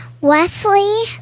Wesley